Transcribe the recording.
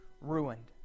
ruined